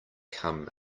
come